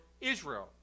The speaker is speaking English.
Israel